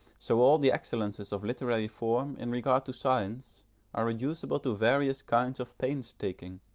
so all the excellences of literary form in regard to science are reducible to various kinds of pains-taking